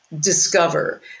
discover